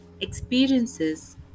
Experiences